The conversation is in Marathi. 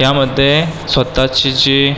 यामध्ये स्वतःची जी